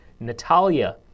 Natalia